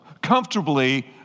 Comfortably